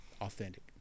Authentic